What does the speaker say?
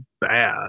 bad